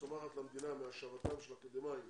הצומחת למדינה מהשארתם של אקדמאים